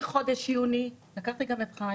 חיים